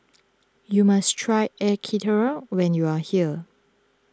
you must try Air Karthira when you are here